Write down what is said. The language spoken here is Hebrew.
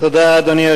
אדוני.